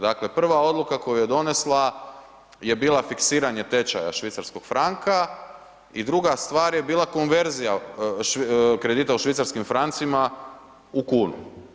Dakle, prva odluka koju je donesla je bila fiksiranja tečaja švicarskog fanaka i druga stvar je bila konverzija kredita u švicarskim fancima u kunu.